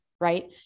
right